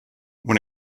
when